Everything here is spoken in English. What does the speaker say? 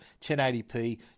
1080p